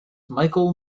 michel